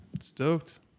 stoked